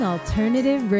Alternative